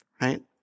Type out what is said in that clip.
right